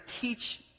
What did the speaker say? teach